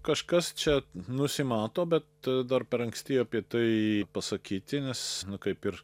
kažkas čia nusimato bet dar per anksti apie tai pasakyti nes kaip ir